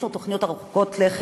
יש לו עוד תוכניות מרחיקות לכת,